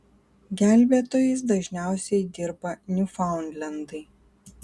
gelbėtojais dažniausiai dirba niūfaundlendai